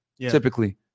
typically